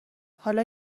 حالا